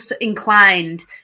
inclined